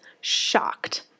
shocked